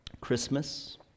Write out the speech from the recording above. Christmas